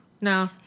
No